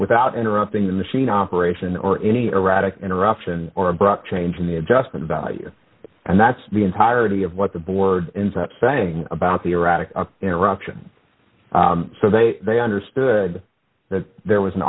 without interrupting the machine operation or any erratic interruption or abrupt change in the adjustment value and that's the entirety of what the board in fact saying about the erratic interruption so they they understood that there was an